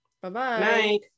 Bye-bye